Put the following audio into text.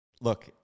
Look